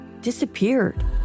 disappeared